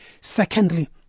Secondly